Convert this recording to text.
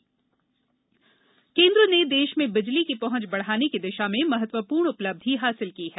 विद्युत उपभोक्ता केन्द्र ने देश में बिजली की पहंच बढ़ाने की दिशा में महत्वपूर्ण उपलब्धि हासिल की है